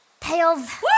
Tails